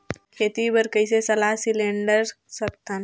खेती बर कइसे सलाह सिलेंडर सकथन?